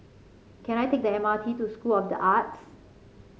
can I take the M R T to School of the Arts